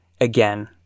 again